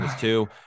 two